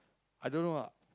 i don't know lah